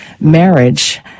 marriage